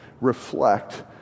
reflect